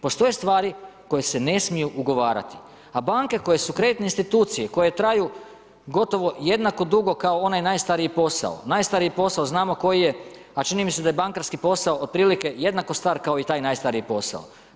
Postoje stvari koje se ne smiju ugovarati, a banke koje su kreditne institucije koje traju gotovo jednako dugo kao onaj najstariji posao, najstariji posao znamo koji je a čini mi se da je bankarski posao otprilike jednako star kao i taj najstariji posao.